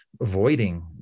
avoiding